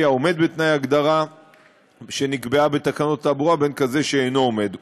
העומד בתנאי ההגדרה שנקבעה בתקנות התעבורה ובין כזה שאינו עומד בהם.